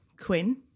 Quinn